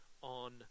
on